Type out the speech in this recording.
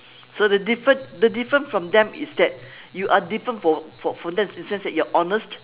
so the different the different from them is that you are different from from them in a sense that you are honest